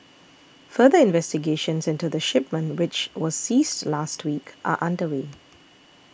further investigations into the shipment which was seized last week are underway